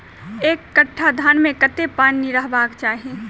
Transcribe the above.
एक कट्ठा धान मे कत्ते पानि रहबाक चाहि?